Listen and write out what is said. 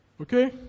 Okay